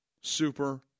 Super